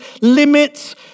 limits